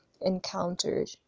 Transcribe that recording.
encountered